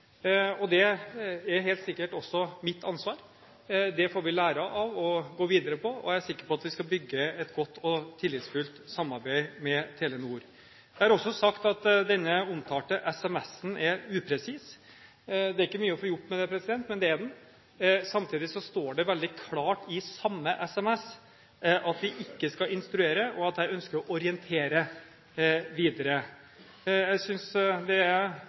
Det er helt sikkert også mitt ansvar. Det får vi lære av og gå videre på, og jeg er sikker på at vi skal bygge et godt og tillitsfullt samarbeid med Telenor. Jeg har også sagt at den omtalte sms-en er upresis. Det er ikke mye å få gjort med det – men det er den. Samtidig står det veldig klart i den samme sms-en at vi ikke skal «instruere», og at jeg ønsker å orientere videre. Jeg synes det er